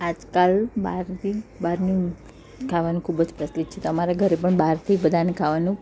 આજકાલ બહારથી બહારનું ખાવાનું ખૂબ જ પ્રચલિત છે તમારા ઘરે પણ બહારથી બધાને ખાવાનો